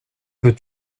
veux